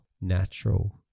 natural